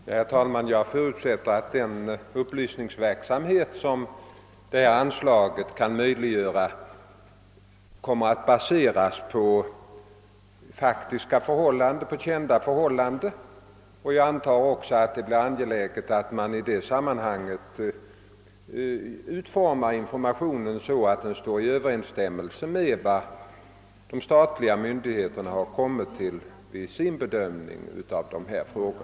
Herr talman! Jag förutsätter att den upplysningsverksamhet som detta anslag möjliggör kommer att baseras på kända förhållanden. Jag anser också att det är angeläget att i det sammanhanget utforma informationen så att den står i överensstämmelse med de resultat de statliga myndigheterna kommit till vid sin bedömning av dessa frågor.